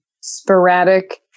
sporadic